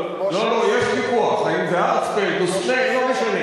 לא, לא, יש ויכוח, האם זה הרצפלד או סנה, לא משנה.